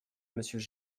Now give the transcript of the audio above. monsieur